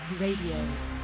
Radio